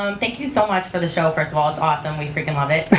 um thank you so much for the show first of all, it's awesome, we freakin' love it.